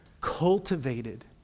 cultivated